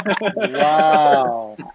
Wow